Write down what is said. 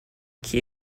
key